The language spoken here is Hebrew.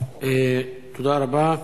תודה רבה.